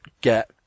get